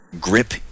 grip